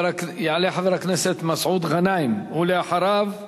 יעלה חבר הכנסת מסעוד גנאים, ואחריו,